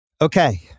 Okay